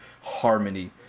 harmony